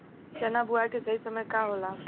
चना बुआई के सही समय का होला?